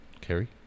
Carrie